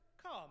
Come